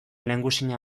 lehengusina